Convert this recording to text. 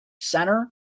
center